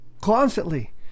constantly